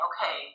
Okay